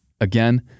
Again